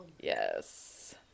Yes